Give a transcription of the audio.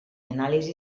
anàlisi